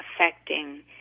affecting